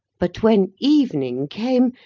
but, when evening came,